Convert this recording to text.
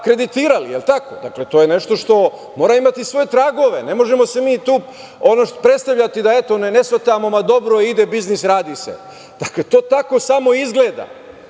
kreditirali. Dakle, to je nešto što mora imate svoje tragove. Ne možemo se mi tu predstavljati da, eto, ne shvatamo, dobro ide biznis, radi se. Dakle, to tako samo izgleda.